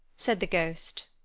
said the ghost.